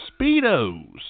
Speedos